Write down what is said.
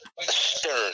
Stern